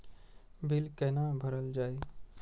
Bill कैना भरल जाय?